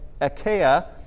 Achaia